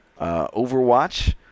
Overwatch